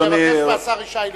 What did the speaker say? אני אבקש מהשר ישי להיכנס.